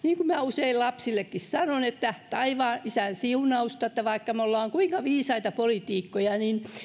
niin kuin usein lapsillekin sanon taivaan isän siunausta vaikka me olemme kuinka viisaita poliitikkoja